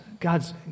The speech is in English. God's